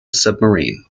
submarine